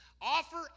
Offer